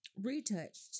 retouched